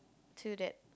to that